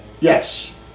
yes